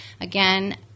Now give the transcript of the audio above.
again